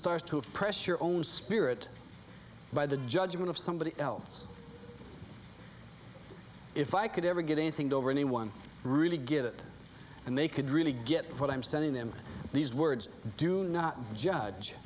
start to pressure own spirit by the judgment of somebody else if i could ever get anything to over anyone really get it and they could really get what i'm sending them these words do not judge